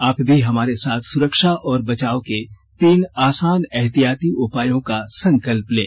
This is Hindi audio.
आप भी हमारे साथ सुरक्षा और बचाव के तीन आसान एहतियाती उपायों का संकल्प लें